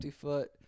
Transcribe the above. foot